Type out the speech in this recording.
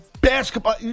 basketball